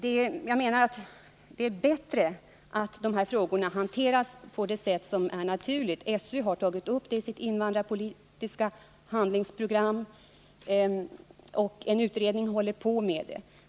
Det är enligt min mening bättre att dessa frågor hanteras på det sätt som är naturligt. SÖ har tagit upp dem i sitt invandrarpolitiska handlingsprogram och en utredning arbetar med dem.